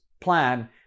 plan